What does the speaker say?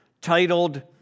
titled